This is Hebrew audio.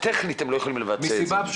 מסיבה טכנית הם לא יכולים לבצע את זה.